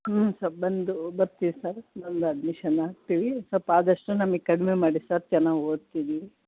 ಹ್ಞೂ ಸರ್ ಬಂದು ಬರ್ತೀವಿ ಸರ್ ಬಂದು ಅಡ್ಮಿಷನ್ ಆಗ್ತೀವಿ ಸ್ವಲ್ಪ ಆದಷ್ಟು ನಮಗೆ ಕಡಿಮೆ ಮಾಡಿ ಸರ್ ಚೆನ್ನಾಗಿ ಓತ್ತೀವಿ